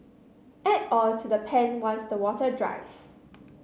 add oil to the pan once the water dries